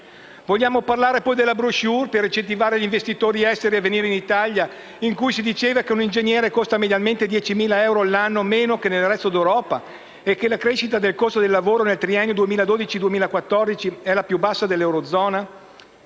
Vogliamo parlare poi delle *brochure* per incentivare gli investitori esteri a venire in Italia, in cui si diceva che un ingegnere costa mediamente 10.000 euro all'anno in meno rispetto al resto d'Europa e che la crescita del costo del lavoro nel triennio 2012-2014 è stata la più bassa dell'eurozona?